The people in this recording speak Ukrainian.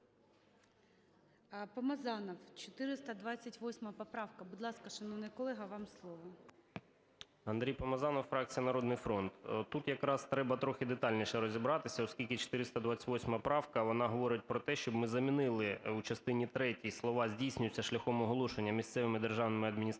Помазанов, 428 поправка. Будь ласка, шановний колего, вам слово. 13:37:10 ПОМАЗАНОВ А.В. Андрій Помазанов, фракція "Народний фронт". Тут якраз треба трохи детальніше розібратися, оскільки 428 правка вона говорить про те, щоб ми замінили у частині третій слова "здійснюється шляхом оголошення місцевими державними адміністраціями